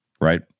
Right